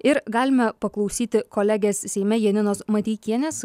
ir galime paklausyti kolegės seime janinos mateikienės